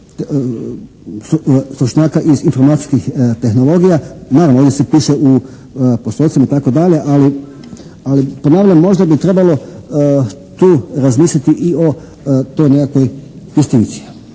stručnjaka iz informacijskih tehnologija. Naravno ovdje se piše u … /Govornik se ne razumije./ … i tako dalje, ali ponavljam možda bi trebalo tu razmisliti i o toj nekakvoj distinkciji.